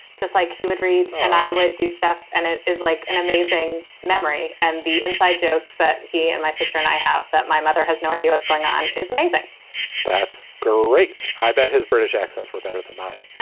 just like he would read and i would do stuff. and it is like an amazing memory. and the inside jokes that he and my sister and i have that my mother has no idea what's going on. it's amazing that's great. i bet his british accents were better than mine.